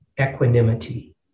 Equanimity